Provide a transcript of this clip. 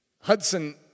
Hudson